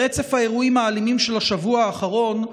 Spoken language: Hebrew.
ברצף האירועים האלימים של השבוע האחרון,